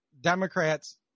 Democrats